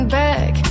back